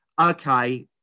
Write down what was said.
okay